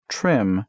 Trim